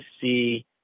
see